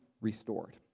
restored